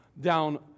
down